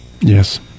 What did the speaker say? Yes